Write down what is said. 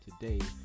today